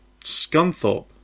Scunthorpe